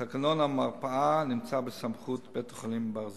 תִּקְנון המרפאה נמצא בסמכות בית-החולים "ברזילי".